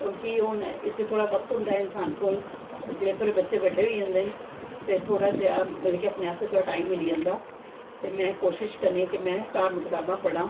क्योंकि हून थोह्ड़ा बक्त होंदा ऐ इंसान कोल ते जिसलै थोह्ड़े बच्चे बड्डे होई जंदे न ते मतलव ककि थोह्ड़ा जेहा अपनें आस्तै टाईम मिली जंदा ऐ ते में कोशिश करनी आं कि में धार्मिक कताबां पढ़ां